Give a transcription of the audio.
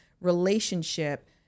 relationship